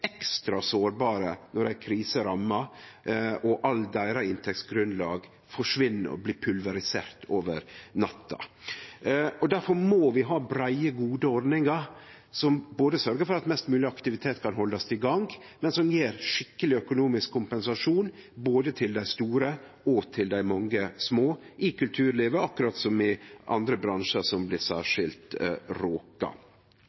ekstra sårbare når ei krise rammar og heile inntektsgrunnlaget deira forsvinn og blir pulverisert over natta. Difor må vi ha breie, gode ordningar som både sørgjer for at mest mogleg aktivitet kan haldast i gang, og som gjev skikkeleg økonomisk kompensasjon både til dei store og til dei mange små i kulturlivet, akkurat som i andre bransjar som blir